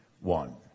one